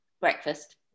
breakfast